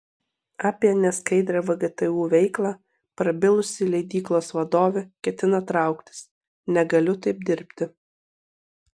apie neskaidrią vgtu veiklą prabilusi leidyklos vadovė ketina trauktis negaliu taip dirbti